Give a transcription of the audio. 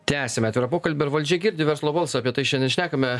tęsiame atvirą pokalbį ar valdžia girdi verslo balsą apie tai šiandien šnekame